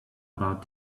about